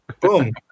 Boom